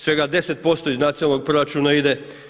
Svega 10% iz nacionalnog proračuna ide.